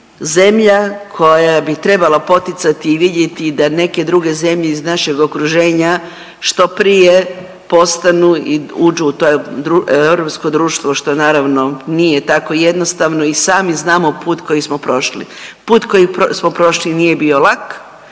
zemlja koja bi trebala poticati i vidjeti da neke druge zemlje iz našeg okruženja što prije postanu i uđu u to europsko društvo što naravno nije tako jednostavno. I sami znamo put koji smo prošli. Put koji smo prošli nije bio lak,